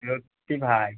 সত্যি ভাই